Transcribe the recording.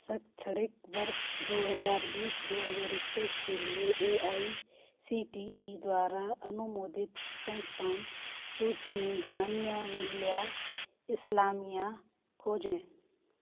शैक्षणिक वर्ष दो हज़ार बीस दो हज़ार इक्कीस के लिए A I C T E द्वारा अनुमोदित संस्थान सूचि में जामिया मिल्लिया इस्लामिया खोजें